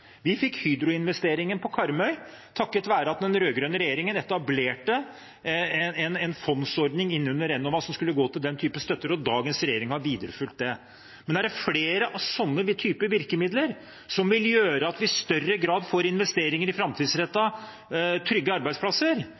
Vi fikk Hydro-investeringen på Karmøy takket være at den rød-grønne regjeringen etablerte en fondsordning under Enova som skulle gå til den typen støtte, og dagens regjering har videreført det. Er det flere sånne virkemidler, som vil gjøre at vi i større grad får investeringer i framtidsrettede og trygge arbeidsplasser,